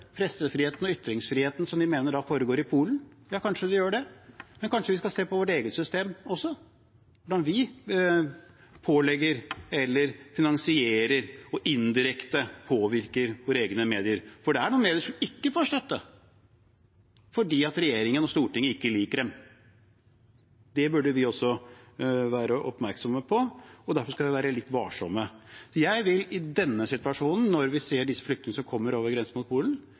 pressefriheten og ytringsfriheten vi mener foregår i Polen. Ja, kanskje foregår det slik vi tror, men kanskje vi skal se på vårt eget system også, hvordan vi pålegger, finansierer og indirekte påvirker når det gjelder våre egne medier, for det er noen medier som ikke får støtte fordi regjeringen og Stortinget ikke liker dem. Det burde vi også være oppmerksomme på, og derfor skal vi være litt varsomme. Jeg vil i denne situasjonen, når vi ser disse flyktningene som kommer over grensen mot Polen,